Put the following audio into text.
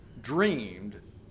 dreamed